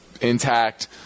intact